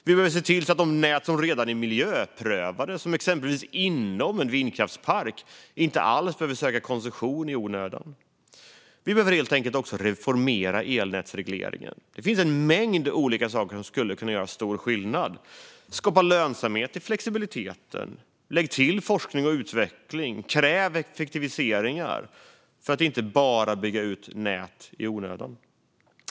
Vi behöver se till att de nät som redan är miljöprövade, exempelvis inom en vindkraftspark, inte behöver söka koncession i onödan. Vi behöver helt enkelt reformera elnätsregleringen. Det finns en mängd olika saker som skulle kunna göra stor skillnad. Skapa lönsamhet i flexibiliteten! Lägg till forskning och utveckling! Kräv effektiviseringar så att man inte bygger ut nät i onödan!